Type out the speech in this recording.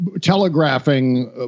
telegraphing